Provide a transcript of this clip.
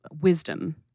wisdom